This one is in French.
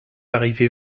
arrivez